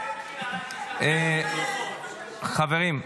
--- חברים,